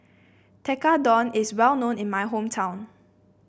tekkadon is well known in my hometown